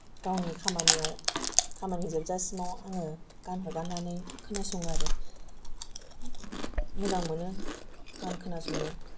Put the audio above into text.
गावनि खामानियाव खामानि जोबजासिम आङो गान हगारनानै खोनासङो आरो मोजां मोनो गान खोनासंनो